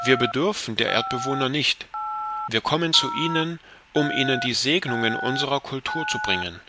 wir bedürfen der erdbewohner nicht wir kommen zu ihnen um ihnen die segnungen unsrer kultur zu bringen